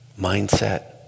mindset